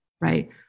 right